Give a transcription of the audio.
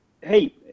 hey